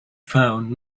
found